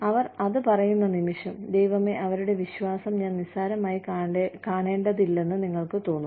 അവർ അത് പറയുന്ന നിമിഷം ദൈവമേ അവരുടെ വിശ്വാസം ഞാൻ നിസ്സാരമായി കാണേണ്ടതില്ലെന്ന് നിങ്ങൾക്ക് തോന്നുന്നു